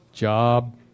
job